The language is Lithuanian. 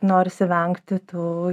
norisi vengti tų